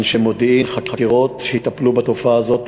אנשי מודיעין, חקירות, שיטפלו בתופעה הזאת.